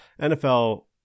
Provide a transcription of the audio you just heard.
NFL